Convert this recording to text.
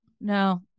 No